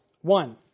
One